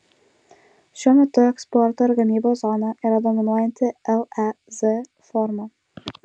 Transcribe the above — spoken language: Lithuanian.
šiuo metu eksporto ir gamybos zona yra dominuojanti lez forma